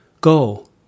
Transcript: Go